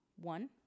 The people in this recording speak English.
one